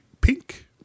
pink